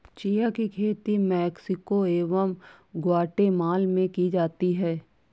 chia की खेती Mexico एवं ग्वाटेमाला में की जाती है